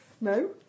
no